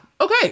Okay